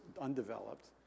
undeveloped